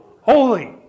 holy